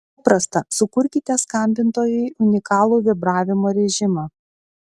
paprasta sukurkite skambintojui unikalų vibravimo režimą